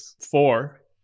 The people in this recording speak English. four